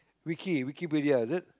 Wiki Wikipedia is it